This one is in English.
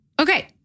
Okay